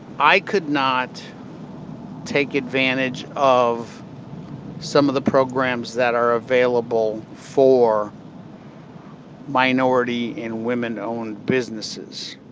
i could not take advantage of some of the programs that are available for minority and women-owned businesses.